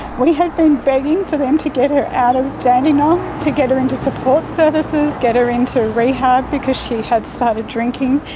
we had been begging for them to get her out of dandenong, to get her into support services, get her into rehab because she had started drinking.